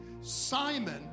Simon